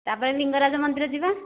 ତା'ପରେ ଲିଙ୍ଗରାଜ ମନ୍ଦିର ଯିବା